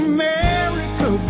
America